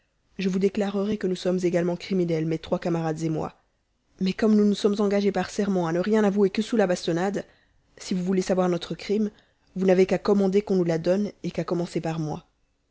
je vous déclarerai que nous sommes également criminels mes trois camarades et moi mais comme nous nous sommes engagés par serment à ne rien avouer que sous la bastonnade si vous voulez savoir notre crime vous n'avez qu'à commander qu'on nous la donne et qu'à commencer par moi